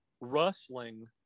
rustling